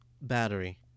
Battery